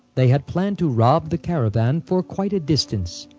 they had planned to rob the caravan for quite a distance,